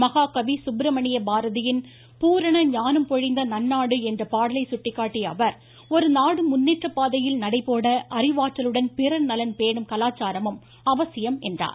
மகாகவி சுப்ரமணிய பாரதியின் பூரண ஞானம் பொழிந்த நன்நாடு என்ற பாடலை சுட்டிக்காட்டிய அவர் ஒருநாடு முன்னேற்ற பாதையில் நடைபோட அறிவாற்றலுடன் பிறர்நலம் பேணும் கலாச்சாரமும் அவசியம் என்றார்